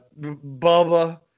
Bubba